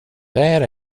där